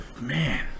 Man